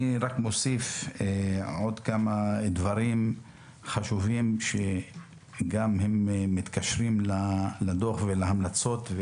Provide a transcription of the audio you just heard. אני מוסיף עוד כמה דברים חשובים שמתקשרים לדוח ולהמלצות.